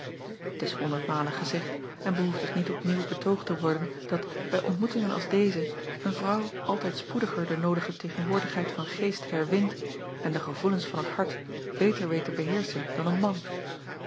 t s honderd malen gezegd en behoeft dus niet opnieuw betoogd te worden dat bij ontmoetingen als deze een vrouw altijd spoediger de noodige tegenwoordigheid van geest herwint en de gevoelens van het hart beter weet te beheerschen dan een man